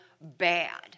bad